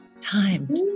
timed